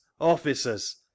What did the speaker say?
officers